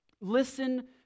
Listen